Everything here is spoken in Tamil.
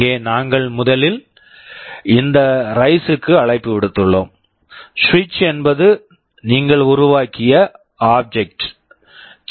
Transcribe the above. இங்கே நாங்கள் முதலில் இந்த ரைஸ் rise க்கு அழைப்பு விடுத்துள்ளோம் சுவிட்ச் switch என்பது நீங்கள் உருவாக்கிய ஆப்ஜெக்ட் object